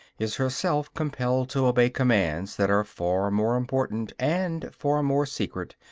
is herself compelled to obey commands that are far more important, and far more secret,